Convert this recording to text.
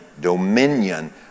Dominion